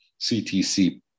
CTC